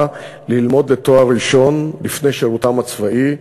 ללמוד לתואר ראשון לפני שירותם הצבאי,